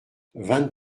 vingt